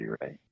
right